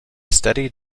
steady